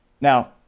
Now